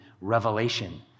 revelation